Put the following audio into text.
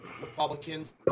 Republicans